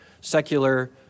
secular